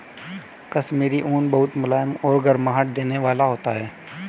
कश्मीरी ऊन बहुत मुलायम और गर्माहट देने वाला होता है